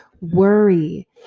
Worry